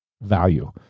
value